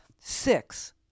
Six